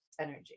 energy